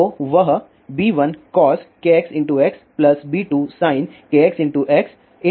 तो वह B1cos kxx B2sin kxx e γzहोगा